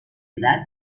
edad